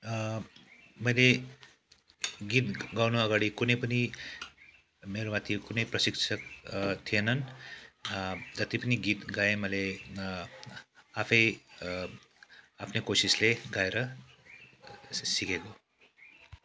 मैले गीत गाउन अगाडि कुनै पनि मेरोमा त्यो कुनै प्रशिक्षक थिएनन् जति पनि गीत गाएँ मैले आफै आफ्नै कोसिसले गाएर यसो सिकेको